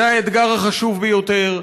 זה האתגר החשוב ביותר,